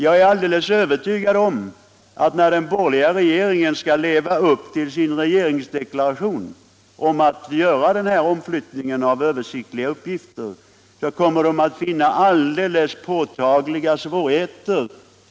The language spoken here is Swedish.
Jag är övertygad om att när den borgerliga regeringen skall leva upp till sin regeringsdeklaration om att göra denna omflyttning av översiktliga uppgifter kommer den att möta alldeles påtagliga svårigheter.